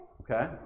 okay